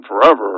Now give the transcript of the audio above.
forever